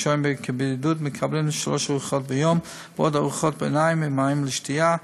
השוהים בבידוד מקבלים שלוש ארוחות ביום ועוד ארוחות ביניים ומים לשתייה,